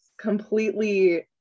completely